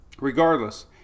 regardless